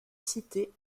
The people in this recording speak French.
cités